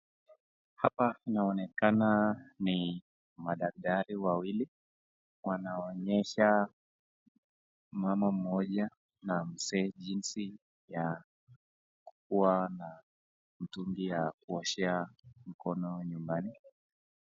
Hapa inaonekana ni madaktari wawili, wanaonyesha mama mmoja na mzee jinsi ya kuwa na mtungi ya kuoshea mkono nyumbani.